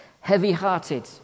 heavy-hearted